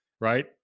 Right